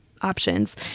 options